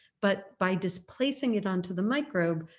but by displacing it onto the microbe,